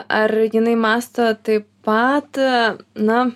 ar jinai mąsto taip pat na